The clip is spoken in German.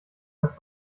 dass